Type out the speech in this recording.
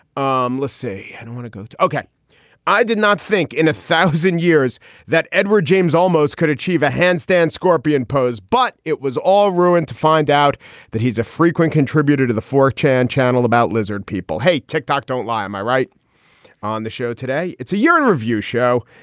um let's say i don't want to go. okay. i did not think in a thousand years that edward james almost could achieve a handstand scorpion pose, but it was all ruined to find out that he's a frequent contributor to the four chan channel about lizard people. hey tick-tock, don't lie. am i right on the show today? it's a year in review show.